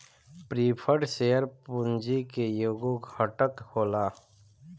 preferred share पूंजी के एगो घटक होला